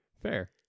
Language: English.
Fair